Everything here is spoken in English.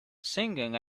singing